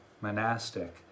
monastic